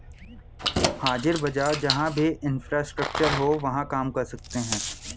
हाजिर बाजार जहां भी इंफ्रास्ट्रक्चर हो वहां काम कर सकते हैं